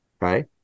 Right